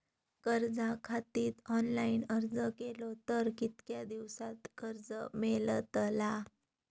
कर्जा खातीत ऑनलाईन अर्ज केलो तर कितक्या दिवसात कर्ज मेलतला?